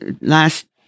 last